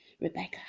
Rebecca